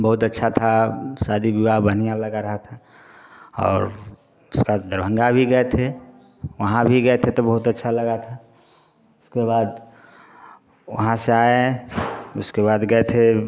बहुत अच्छा था शादी विवाह बढ़िया लग रहा था और उसके बाद दरभंगा भी गए थे वहाँ भी गए थे तो बहुत अच्छा लगा था उसके बाद वहाँ से आए उसके बाद गए थे